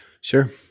Sure